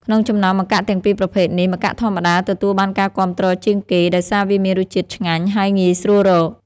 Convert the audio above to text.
ក្នុងចំណោមម្កាក់ទាំងពីរប្រភេទនេះ ម្កាក់ធម្មតា ទទួលបានការគាំទ្រជាងគេ ដោយសារវាមានរសជាតិឆ្ងាញ់ ហើយងាយស្រួលរក។